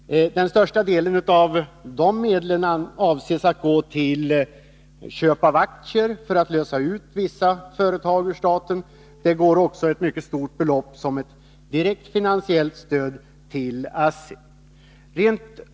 Den största delen av dessa medel avses då till köp av aktier för att Onsdagen den lösa ut vissa företag. Det går också ett mycket stort belopp till direkt 23 mars 1983 finansiellt stöd till ASSI.